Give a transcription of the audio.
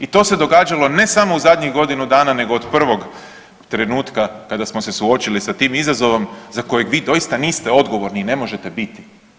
I to se događalo ne samo u zadnjih godinu dana nego od prvog trenutka kada smo se suočili sa tim izazovom za kojeg vi doista niste odgovorni i ne možete biti.